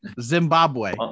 Zimbabwe